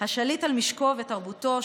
השליט על משקו ותרבותו,